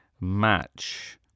match